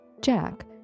Jack